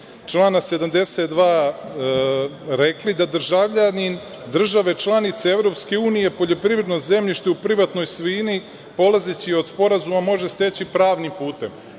člana 72. rekli da državljanin države članice EU poljoprivredno zemljište u privatnoj svojini, polazeći od Sporazuma, može steći pravnim putem.